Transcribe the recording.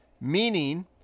meaning